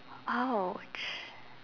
!ouch!